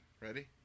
ready